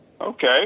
Okay